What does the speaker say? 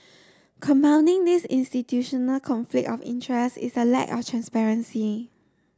compounding this institutional conflict of interest is a lack of transparency